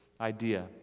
idea